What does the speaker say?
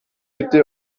bitte